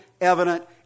evident